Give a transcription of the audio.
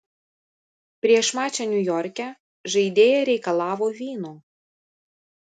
prieš mačą niujorke žaidėja reikalavo vyno